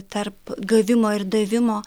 tarp gavimo ir davimo